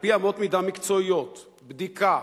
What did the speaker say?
על-פי אמות-מידה מקצועיות: בדיקה,